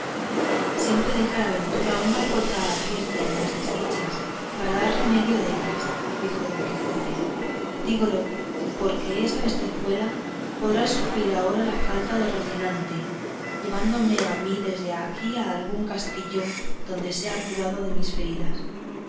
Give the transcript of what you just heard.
siempre deja la ventura una puerta abierta en las desdichas para dar remedio a ellas dijo don quijote dígolo porque esa bestezuela podrá suplir ahora la falta de rocinante llevándome a mí desde aquí a algún castillo donde sea curado de mis feridas